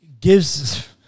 gives